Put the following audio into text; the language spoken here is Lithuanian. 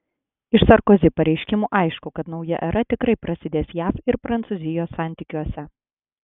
iš sarkozi pareiškimų aišku kad nauja era tikrai prasidės jav ir prancūzijos santykiuose